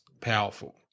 powerful